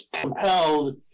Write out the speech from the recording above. compelled